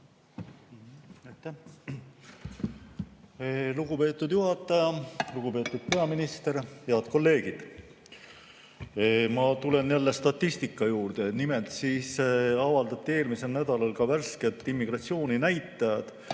lugupeetud juhataja! Lugupeetud peaminister! Head kolleegid! Ma tulen jälle statistika juurde. Nimelt avaldati eelmisel nädalal värsked immigratsiooninäitajad,